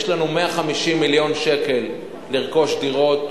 יש לנו 150 מיליון שקל לרכוש דירות.